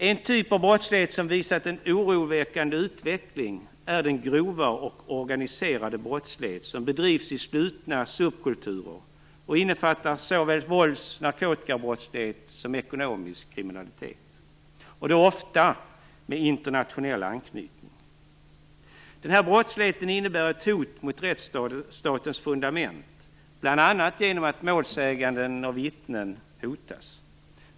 En typ av brottslighet som visat en oroväckande utveckling är den grova organiserade brottslighet som bedrivs i slutna subkulturer och innefattar såväl våldsbrottslighet och narkotikabrottslighet som ekonomisk kriminalitet, och som ofta har internationell anknytning. Den brottsligheten innebär ett hot mot rättsstatens fundament bl.a. genom att målsäganden och vittnen hotas.